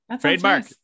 trademark